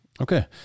Okay